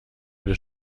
des